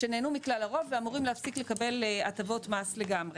שנהנו מכלל הרוב ואמורים להפסיק לקבל הטבות מס לגמרי.